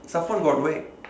safan got whacked